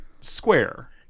square